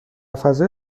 فضای